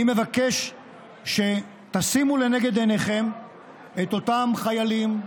אני מבקש שתשימו לנגד עיניכם את אותם חיילים,